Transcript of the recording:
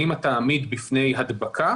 האם אתה עמיד בפני הדבקה